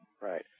Right